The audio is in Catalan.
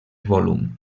volum